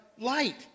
light